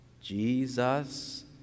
Jesus